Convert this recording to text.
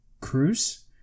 Cruz